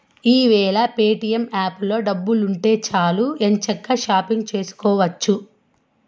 ఈ యేల ప్యేటియం యాపులో దుడ్డుంటే సాలు ఎంచక్కా షాపింగు సేసుకోవచ్చు